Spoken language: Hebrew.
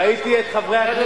ראיתי את חברי הכנסת,